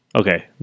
Okay